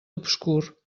obscur